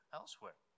elsewhere